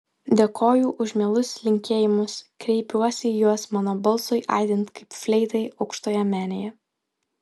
dėkoju už mielus linkėjimus kreipiuosi į juos mano balsui aidint kaip fleitai aukštoje menėje